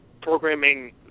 programming